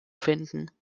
finden